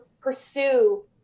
pursue